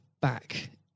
back